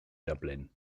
dublin